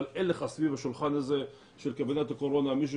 אבל אין לך סביב השולחן של קבינט הקורונה מישהו